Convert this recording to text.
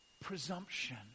presumption